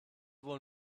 wohl